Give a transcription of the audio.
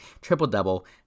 triple-double